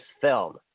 film